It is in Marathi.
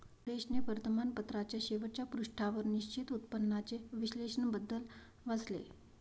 सुरेशने वर्तमानपत्राच्या शेवटच्या पृष्ठावर निश्चित उत्पन्नाचे विश्लेषण बद्दल वाचले